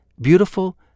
beautiful